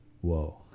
Whoa